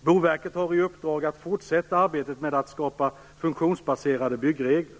Boverket har i uppdrag att fortsätta arbetet med att skapa funktionsbaserade byggregler.